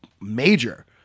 major